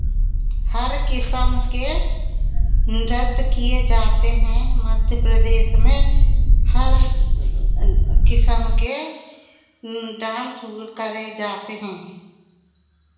हर किस्म के नृत्य किए जाते हैं मध्य प्रदेश में हर किस्म के डांस हुए करे जाते हैं